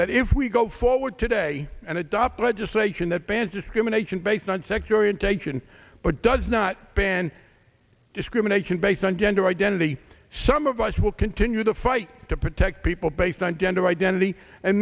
that if we go forward today and adopt legislation that bans discrimination based on sex your intention but does not ban discrimination based on gender identity some of us will continue to fight to protect people based on gender identity and